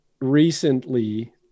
recently